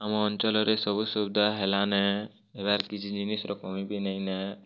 ଆମ ଅଞ୍ଚଳରେ ସବୁ ସୁବିଧା ହେଲାନେ ଏବେ ଆର୍ କିଛି ଜିନିଷ୍ର କମି ବି ନେଇନେ